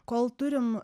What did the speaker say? kol turim